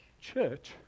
church